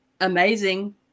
amazing